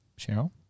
cheryl